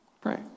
pray